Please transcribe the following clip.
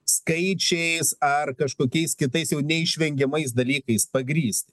skaičiais ar kažkokiais kitais jau neišvengiamais dalykais pagrįst